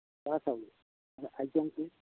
জহা চাউল আইজংটো